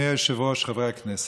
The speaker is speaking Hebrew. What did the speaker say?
אדוני היושב-ראש, חברי הכנסת,